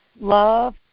love